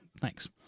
thanks